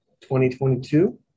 2022